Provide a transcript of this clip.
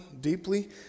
deeply